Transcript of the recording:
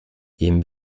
ihm